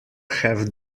have